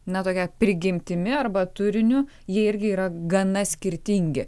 na tokia prigimtimi arba turiniu jie irgi yra gana skirtingi